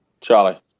Charlie